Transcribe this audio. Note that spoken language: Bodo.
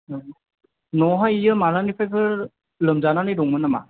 न'आवहाय बियो मालानिफ्राय फोर लोमजानानै दंमोन नामा